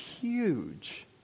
huge